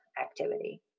activity